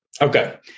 Okay